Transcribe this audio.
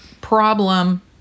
problem